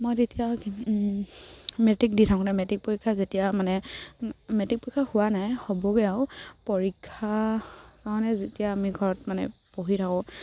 মই তেতিয়া মেট্ৰিক দি থাকোঁতে মানে মেট্ৰিক পৰীক্ষা যেতিয়া মানে মেট্ৰিক পৰীক্ষা হোৱা নাই হ'বগে আৰু পৰীক্ষাৰ কাৰণে যেতিয়া আমি ঘৰত মানে পঢ়ি থাকোঁ